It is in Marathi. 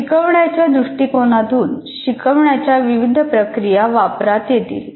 शिकवण्याच्या दृष्टिकोणातून शिकवण्याच्या विविध प्रक्रिया वापरता येतील